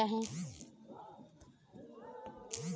सामाजिक विकास के निर्धारक क्या है?